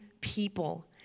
people